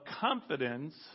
confidence